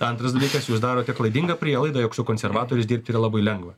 antras dalykas jūs darote klaidingą prielaidą jog su konservatoriais dirbti yra labai lengva